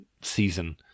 season